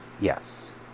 yes